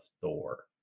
Thor